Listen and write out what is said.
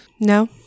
No